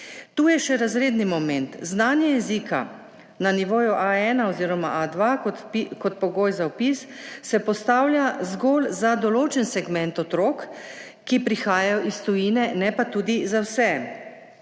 Tu je še razredni moment, znanje jezika na nivoju A1 oziroma A2, kot pogoj za vpis, se postavlja zgolj za določen segment otrok, ki prihaja iz tujine, ne pa tudi za vse.